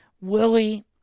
Willie